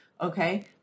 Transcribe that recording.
Okay